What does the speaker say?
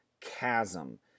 chasm